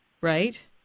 Right